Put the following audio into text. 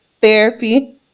therapy